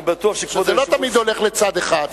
לא תמיד זה הולך לצד אחד.